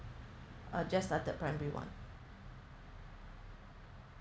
uh just started primary one